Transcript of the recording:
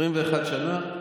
21 שנה?